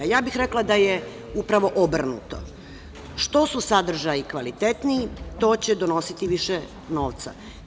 Rekla bih da je upravo obrnuto – što su sadržaji kvalitetniji, to će donositi više novca.